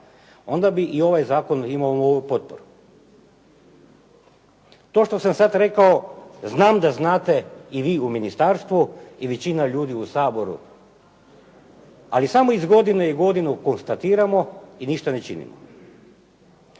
onda bi i ovaj zakon imao moju potporu. To što sam sad rekao znam da znate i vi u ministarstvu i većina ljudi u Saboru, ali samo iz godine u godinu konstatiramo i ništa ne činimo.